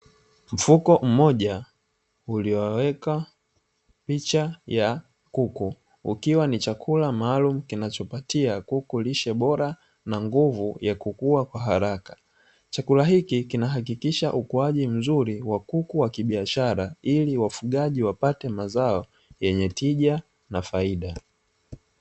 Mfuko mmoja uliwekwa picha ya kuku, ukiwa ni chakula maalumu kinachopatia kuku lishe bora pamoja na nguvu ya kukua kwa haraka, chakula hiki kinahakikisha ukuaji mzuri wa kuku wa kibiashara ili wafugaji wapate mazao yenye tija na faida.